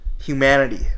humanity